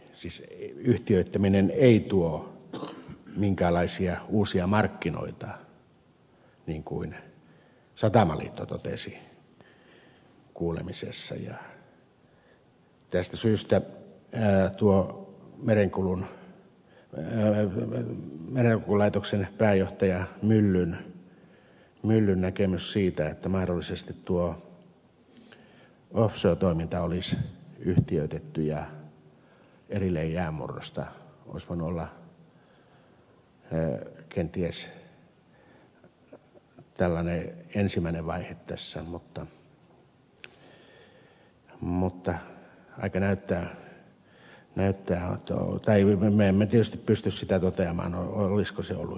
siis yhtiöittäminen ei tuo minkäänlaisia uusia markkinoita niin kuin satamaliitto totesi kuulemisessa ja tästä syystä tuo merenkulkulaitoksen pääjohtaja myllyn näkemys siitä että mahdollisesti tuo offshore toiminta olisi yhtiöitetty ja laitettu erilleen jäänmurrosta olisi voinut olla kenties ensimmäinen vaihe tässä mutta aika näyttää tai me emme tietysti pysty sitä toteamaan olisiko se ollut hyvä ratkaisu